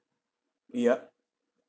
yup